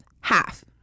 half